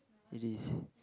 it is